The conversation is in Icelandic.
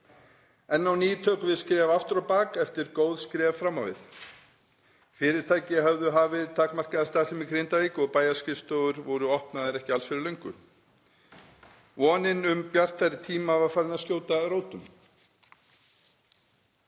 Enn á ný tökum við skref aftur á bak eftir góð skref fram á við. Fyrirtæki höfðu hafið takmarkaða starfsemi í Grindavík og bæjarskrifstofur voru opnaðar ekki alls fyrir löngu. Vonin um bjartari tíma var farin að skjóta rótum.